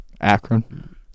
Akron